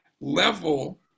level